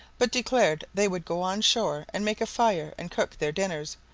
but declared they would go on shore and make a fire and cook their dinners,